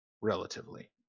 Relatively